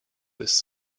this